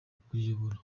kuyiyobora